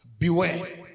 Beware